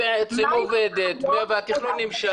מה ------ בעצם עובדת והתכנון נמשך.